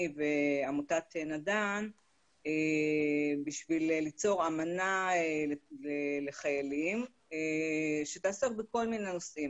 ועמותת נדן בשביל ליצור אמנה לחיילים שתעסוק בכל מיני נושאים.